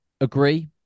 agree